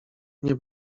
nie